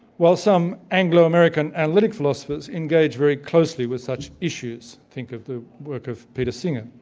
while some anglo-american analytic philosophers engage very closely with such issues, think of the work of peter singer.